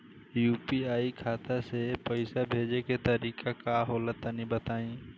UPI खाता से पइसा भेजे के तरीका का होला तनि बताईं?